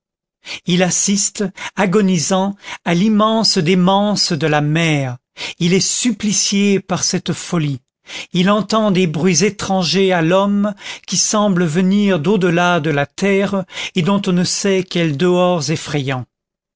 il assiste agonisant à l'immense démence de la mer il est supplicié par cette folie il entend des bruits étrangers à l'homme qui semblent venir d'au delà de la terre et d'on ne sait quel dehors effrayant